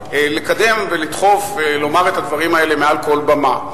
לקדם ולדחוף ולומר את הדברים האלה מעל כל במה.